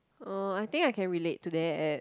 uh I think I can relate to that